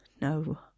No